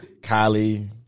Kylie